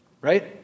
right